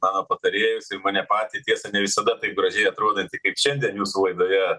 mano patarėjus ir mane patį tiesa ne visada taip gražiai atrodantį kaip šiandien jūsų laidoje